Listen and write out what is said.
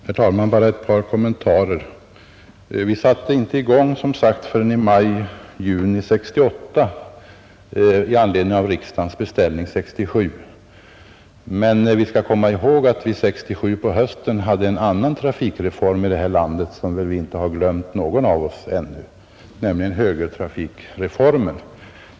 Herr talman! Bara ett par kommentarer. Försöken satte inte i gång, som sagt, förrän i maj-juni 1968 i anledning av riksdagens beställning 1967. Men vi skall komma ihåg att vi 1967 på hösten hade en annan trafikreform som väl ingen av oss har glömt ännu, nämligen högertrafikreformen.